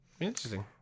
Interesting